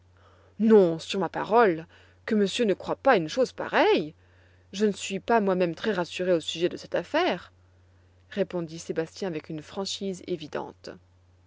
non sur ma parole que monsieur ne croie pas une chose pareille je ne suis pas moi-même très rassuré au sujet de cette affaire répondit sébastien avec une franchise évidente